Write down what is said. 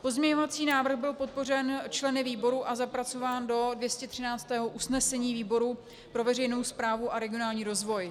Pozměňovací návrh byl podpořen členy výboru a zapracován do 213. usnesení výboru pro veřejnou správu a regionální rozvoj.